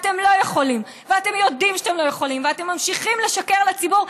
אתם לא יכולים ואתם יודעים שאתם לא יכולים ואתם ממשיכים לשקר לציבור.